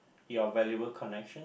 your valuable connection